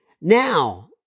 Now